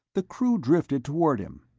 the crew drifted toward him,